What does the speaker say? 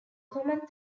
common